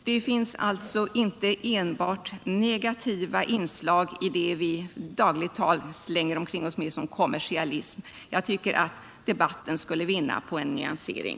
Det finns alltså inte enbart negativa inslag i det som vi i dagligt tal benämner kommersialism. Jag tycker att debatten skulle vinna på en nyansering.